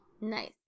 Nice